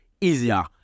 easier